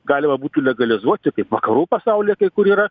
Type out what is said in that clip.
galima būtų legalizuot tai kaip vakarų pasaulyje kai kur yra